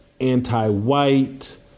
anti-white